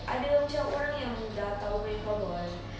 other orang yang macam dah tahu main floorball